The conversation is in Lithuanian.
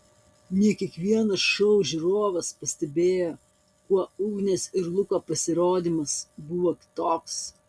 ne kiekvienas šou žiūrovas pastebėjo kuo ugnės ir luko pasirodymas buvo kitoks